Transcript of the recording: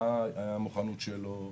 מה המוכנות שלו,